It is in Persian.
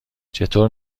چطور